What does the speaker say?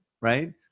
right